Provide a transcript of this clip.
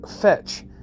Fetch